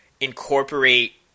incorporate